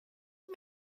old